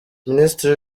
minisitiri